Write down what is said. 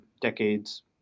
decades